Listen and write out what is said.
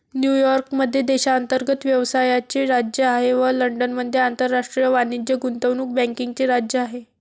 New York मध्ये देशांतर्गत व्यवसायाचे राज्य आहे व लंडनमध्ये आंतरराष्ट्रीय वाणिज्य गुंतवणूक बँकिंगचे राज्य आहे